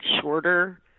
shorter